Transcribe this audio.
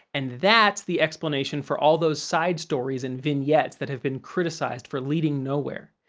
and that's the explanation for all those side-stories and vignettes that have been criticized for leading nowhere.